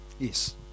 Yes